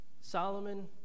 Solomon